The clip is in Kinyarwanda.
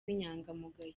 w’inyangamugayo